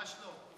ממש לא.